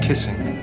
Kissing